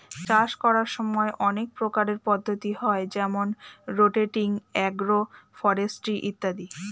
চাষ করার সময় অনেক প্রকারের পদ্ধতি হয় যেমন রোটেটিং, এগ্রো ফরেস্ট্রি ইত্যাদি